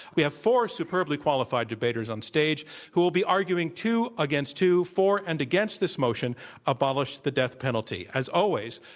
we have four superbly qualified debaters on stage who will be arguing, two against two, for and against this motion abolish the death penalty. as always,